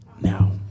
now